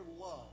love